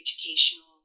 educational